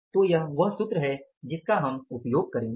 तो यह वह सूत्र है जिसका हम उपयोग करेंगे